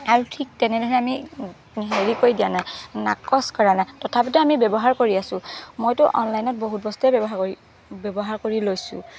আৰু ঠিক তেনেধৰণে আমি হেৰি কৰি দিয়া নাই নাকচ কৰা নাই তথাপিতো আমি ব্যৱহাৰ কৰি আছোঁ মইটো অনলাইনত বহুত বস্তুৱেই ব্যৱহাৰ কৰি ব্যৱহাৰ কৰি লৈছোঁ